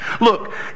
Look